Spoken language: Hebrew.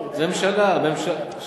זה ממשלה, לא, לא.